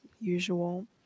usual